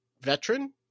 veteran